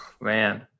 man